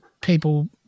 people